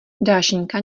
dášeňka